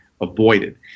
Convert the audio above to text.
avoided